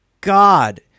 God